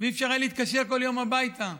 ואי-אפשר היה להתקשר כל יום הביתה.